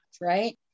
right